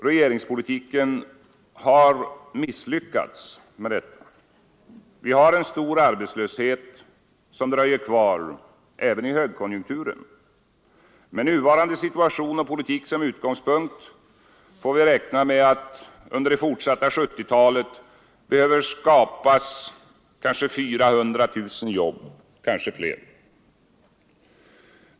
Regeringspolitiken har misslyckats med detta. Vi har en stor arbetslöshet som dröjer kvar även i högkonjunkturerna. Med nuvarande situation och politik som utgångspunkt får vi räkna med att det under det fortsatta 1970-talet behöver skapas kanske 400 000 jobb, kanske fler.